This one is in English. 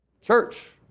Church